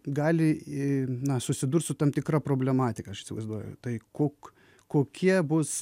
gali na susidurt su tam tikra problematika aš įsivaizduoju tai kok kokie bus